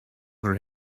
her